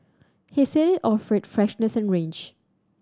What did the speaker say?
he said it offered freshness and range